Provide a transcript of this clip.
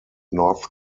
north